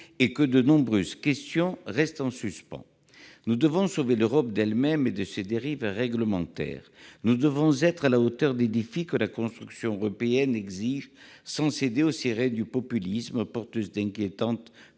et que de nombreuses questions restent en suspens ? Nous devons sauver l'Europe d'elle-même et de ses dérives réglementaires. Nous devons nous montrer à la hauteur des défis de la construction européenne, sans céder aux sirènes du populisme, porteur d'inquiétantes